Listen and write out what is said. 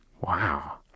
Wow